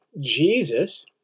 Jesus